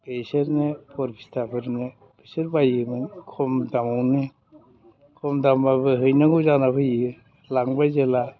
बिसोरनो बरपेटियाफोरनो बिसोर बायोमोन खम दामावनो खम दामबाबो हैनांगौ जानानै फैयो लामबाय जेब्ला